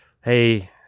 Hey